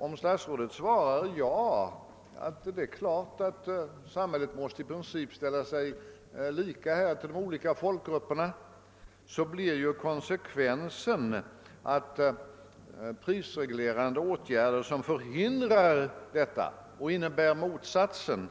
Om statsrådet svarar ja, det är klart att samhället måste i princip ställa sig lika till de olika folkgrupperna, blir ju konsekvensen att prisreglerande åtgärder som förhindrar detta — ja innebär motsatsen